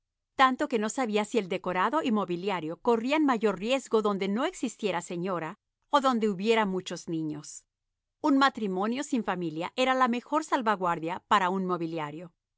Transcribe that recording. tanto que no sabía si el decorado y mobiliario corrían mayor riesgo donde no existiera señora o donde hubiera muchos niños un matrimonio sin familia era la mejor salvaguardia para un mobiliario